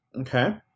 Okay